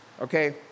okay